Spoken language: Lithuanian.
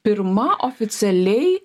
pirma oficialiai